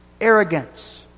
arrogance